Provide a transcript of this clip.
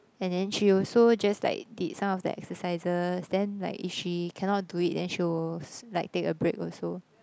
and then she also just like did some of the exercises then like if she cannot do it then she will like take a break also